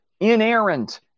inerrant